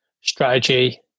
strategy